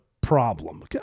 problem